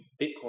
Bitcoin